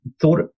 thought